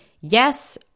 Yes